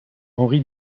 henri